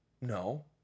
No